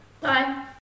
Bye